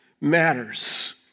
matters